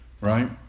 right